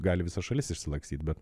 gali visa šalis išsilakstyt bet